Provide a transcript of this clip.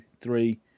three